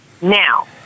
Now